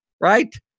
Right